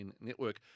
network